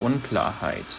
unklarheit